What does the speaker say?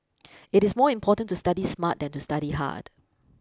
it is more important to study smart than to study hard